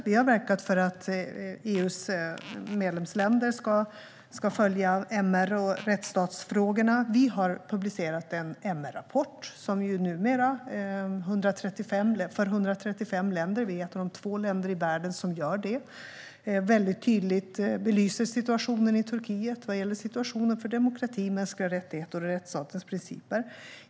Vi har verkat för att EU:s medlemsländer ska följa MR och rättsstatsfrågorna. Vi har också publicerat en MR-rapport om 135 länder, och vi är ett av de två länder i världen som gör det och väldigt tydligt belyser situationen i Turkiet vad gäller demokrati, mänskliga rättigheter och rättsstatens principer.